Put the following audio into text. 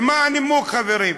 ומה הנימוק, חברים?